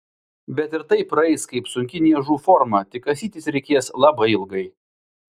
bet ir tai praeis kaip sunki niežų forma tik kasytis reikės labai ilgai